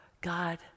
God